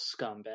scumbag